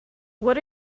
what